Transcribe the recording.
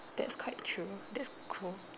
that's quite true that's cool